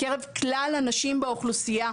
מקרב כלל הנשים באוכלוסייה,